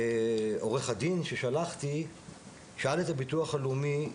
עורך הדין ששלחתי שאל את הביטוח הלאומי: